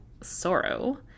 Sorrow